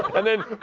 and then